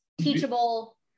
teachable